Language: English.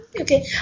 okay